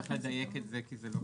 צריך לדייק את זה כי זה לא ברור.